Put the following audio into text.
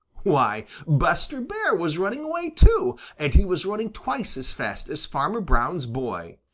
why, buster bear was running away too, and he was running twice as fast as farmer brown's boy!